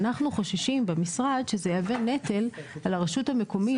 אנחנו במשרד חוששים שזה יהיה נטל על הרשות המקומית,